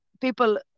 people